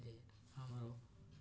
ଯେ ଆମର